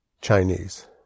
Chinese